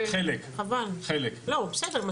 חלקם.